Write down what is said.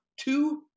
two